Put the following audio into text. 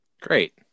Great